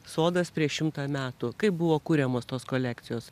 sodas prieš šimtą metų kaip buvo kuriamos tos kolekcijos